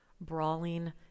brawling